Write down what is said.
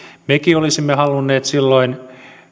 mekin olisimme halunneet silloin